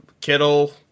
Kittle